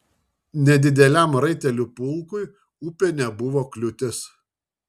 nedideliam raitelių pulkui upė nebuvo kliūtis